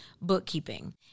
bookkeeping